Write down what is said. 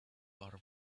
are